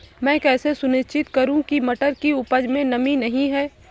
मैं कैसे सुनिश्चित करूँ की मटर की उपज में नमी नहीं है?